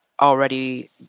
already